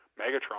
Megatron